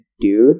dude